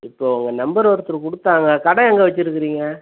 இப்போ உங்கள் நம்பர் ஒருத்தர் கொடுத்தாங்க கடை எங்கே வெச்சுருக்குறீங்க